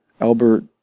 Albert